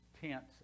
tents